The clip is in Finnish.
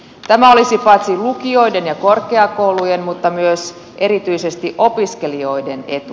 tämä olisi paitsi lukioiden ja korkeakoulujen myös erityisesti opiskelijoiden etu